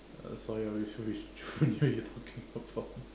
uh sorry which which junior you talking about